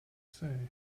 say